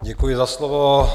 Děkuji za slovo.